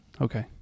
Okay